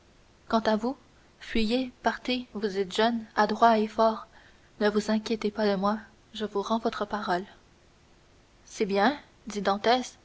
quant à vous fuyez partez vous êtes jeune adroit et fort ne vous inquiétez pas de moi je vous rends votre parole c'est bien dit